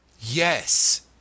Yes